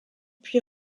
puis